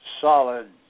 solid